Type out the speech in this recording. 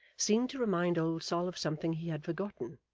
seemed to remind old sol of something he had forgotten,